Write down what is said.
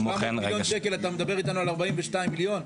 על 700 מיליון שקל אתה מדבר איתנו על 42 מיליון?